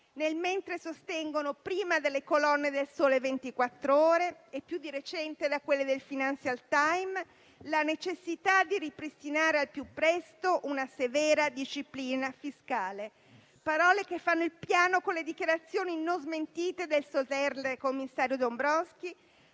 nel mentre sostengono, prima dalle colonne de «Il Sole 24 Ore» e più di recente da quelle del «Financial Times», la necessità di ripristinare al più presto una severa disciplina fiscale. Sono parole che fanno il paio con le dichiarazioni non smentite del commissario Dombrovskis,